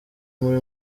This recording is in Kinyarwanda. buri